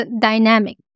dynamic